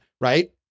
Right